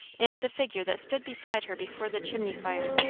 and the figure that stood beside her before the chimney fire!